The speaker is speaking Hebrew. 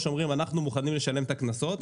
אומרים: אנחנו מוכנים לשלם את הקנסות,